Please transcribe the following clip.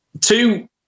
two